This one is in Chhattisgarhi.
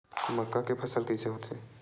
मक्का के फसल कइसे होथे?